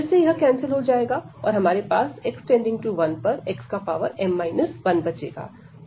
फिर से यह कैंसिल हो जाएगा और हमारे पास x→1 पर xm 1बचेगा